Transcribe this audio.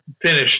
finished